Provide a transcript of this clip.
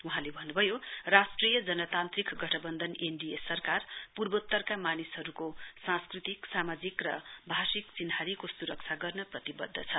वहाँले भन्नुभयो राष्ट्रिय जनतान्त्रिक गठबन्धन एनडिए सरकार पूर्वात्तर मानिसहरुको सस्कृंतिक सामाजिक र भाषिक पहिचानको सुरक्षा गर्ने प्रतिवद्ध छ